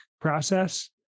process